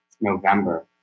November